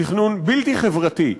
תכנון בלתי חברתי,